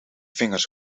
vingers